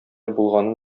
булганын